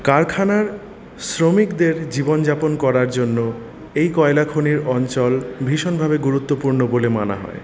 কারখানার শ্রমিকদের জীবনযাপন করার জন্য এই কয়লাখনির অঞ্চল ভীষণভাবে গুরুত্বপূর্ণ বলে মানা হয়